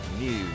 News